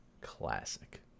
Classic